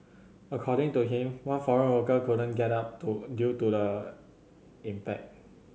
according to him one foreign worker couldn't get up to due to the impact